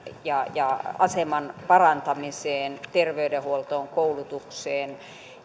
ja ja aseman parantamiseen terveydenhuoltoon koulutukseen